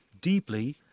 deeply